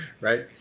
Right